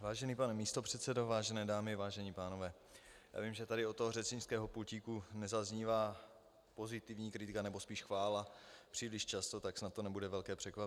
Vážený pane místopředsedo, vážené dámy, vážení pánové, vím, že tady od řečnického pultíku nezaznívá pozitivní kritika, nebo spíš chvála, příliš často, tak snad to nebude velké překvapení.